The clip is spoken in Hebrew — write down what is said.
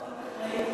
אחות אחראית.